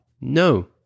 No